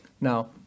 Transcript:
now